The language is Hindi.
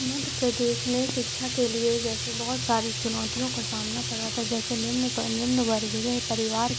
मध्य प्रदेश में शिक्षा के लिए जैसे बहुत सारी चुनौतियों का सामना पड़ा था जैसे निम्न पर निम्न वर्ग के परिवार